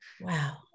Wow